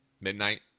midnight